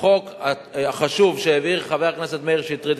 החוק החשוב שהעביר חבר הכנסת מאיר שטרית,